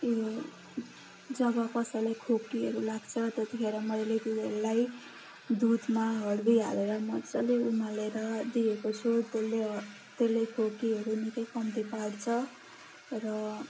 जब कसैलाई खोकीहरू लाक्छ त्यतिखेर मैले तिनीहरूलाई दुधमा हर्दी हालेर मज्जाले उमालेर दिएको छु त्यसले त्यसले खोकीहरू निकै कम्ती पार्छ र